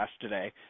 today